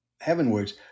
heavenwards